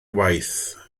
waith